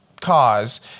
cause